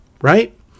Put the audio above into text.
Right